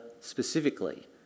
specifically